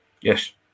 Yes